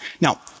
Now